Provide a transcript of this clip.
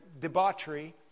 debauchery